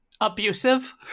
Abusive